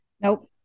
Nope